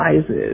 sizes